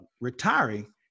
retiring